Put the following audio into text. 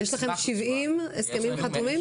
אוקיי, יש לכם 70 הסכמים חתומים?